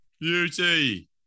Beauty